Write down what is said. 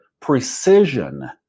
Precision